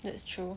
that's true